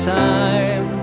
time